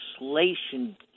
legislation—